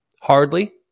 hardly